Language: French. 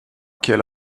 quelle